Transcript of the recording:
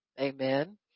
Amen